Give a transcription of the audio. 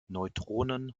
neutronen